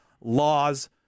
laws